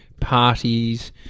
parties